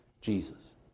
Jesus